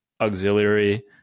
auxiliary